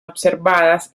observadas